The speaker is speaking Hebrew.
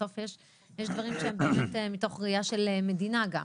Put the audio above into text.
בסוף יש דברים שהם באמת מתוך ראייה של מדינה גם.